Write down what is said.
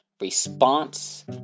response